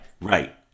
right